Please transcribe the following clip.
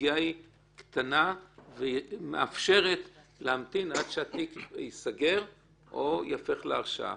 הפגיעה היא קטנה ומאפשרת להמתין עד שהתיק ייסגר או ייהפך להרשעה,